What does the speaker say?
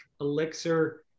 elixir